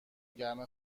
گرم